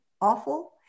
awful